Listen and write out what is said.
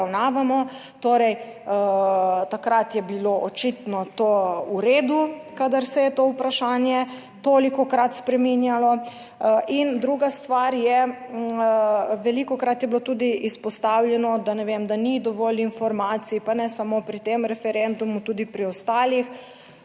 obravnavamo, torej takrat je bilo očitno to v redu, kadar se je to vprašanje tolikokrat spreminjalo. In druga stvar je, velikokrat je bilo tudi izpostavljeno, da ne vem, da ni dovolj informacij, pa ne 93. TRAK: (SB) – 17.30